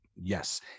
yes